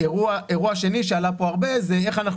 אירוע שני שעלה פה הרבה זה איך אנחנו